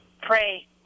pray